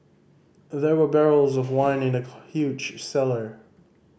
there were barrels of wine in the huge cellar